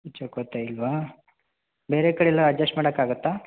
ಚಕ್ಕೋತ ಇಲ್ವಾ ಬೇರೆ ಕಡೆ ಎಲ್ಲ ಅಜಸ್ಟ್ ಮಾಡಕೆ ಆಗುತ್ತಾ